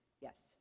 yes